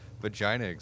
vagina